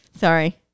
Sorry